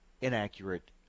inaccurate